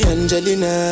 Angelina